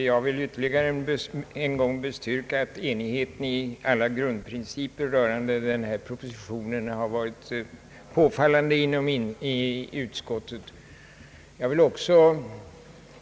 Jag vill ännu en gång bekräfta att enigheten i utskottet har varit påfallande stor beträffande alla grundprinciper i propositionen.